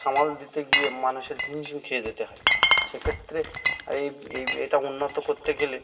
সামাল দিতে গিয়ে মানুষের হিমশিম খেয়ে যেতে হয় সেক্ষেত্রে এই এটা উন্নত করতে গেলে